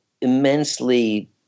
immensely